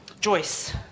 Joyce